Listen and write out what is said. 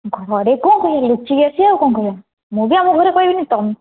ଘରେ କ'ଣ କହିବା କି ଲୁଚିକି ଆସିବା ଆଉ କ'ଣ କହିବା ମୁଁ ବି ଆମ ଘରେ କହିବିନି ତୁମେ